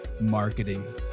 marketing